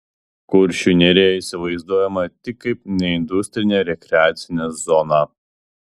kuršių nerija įsivaizduojama tik kaip neindustrinė rekreacinė zona